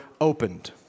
opened